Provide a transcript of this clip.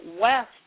west